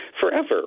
forever